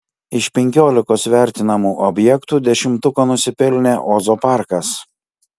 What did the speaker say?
iš penkiolikos vertinamų objektų dešimtuko nusipelnė ozo parkas